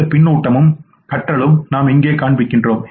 இந்த பின்னூட்டமும் கற்றலும் நாம் இங்கே காண்பிக்கிறோம்